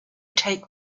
take